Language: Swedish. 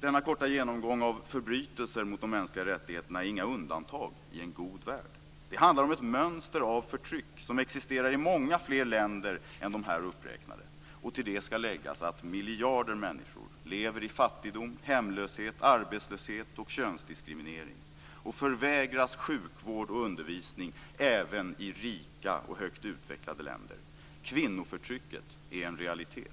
Denna korta genomgång av förbrytelser mot de mänskliga rättigheterna är inga undantag i en god värld. Det handlar om ett mönster av förtryck som existerar i många fler länder än de här uppräknade. Till detta skall läggas att miljarder människor lever i fattigdom, hemlöshet, arbetslöshet och könsdiskriminering och förvägras sjukvård och undervisning - även i rika och högt utvecklade länder. Kvinnoförtrycket är en realitet.